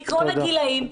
מכל הגילים.